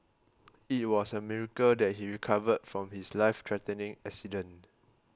it was a miracle that he recovered from his life threatening accident